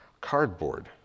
Cardboard